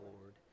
Lord